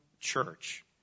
church